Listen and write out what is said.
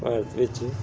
ਭਾਰਤ ਵਿੱਚ